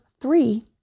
three